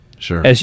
Sure